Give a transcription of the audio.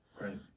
right